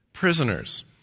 prisoners